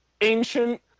ancient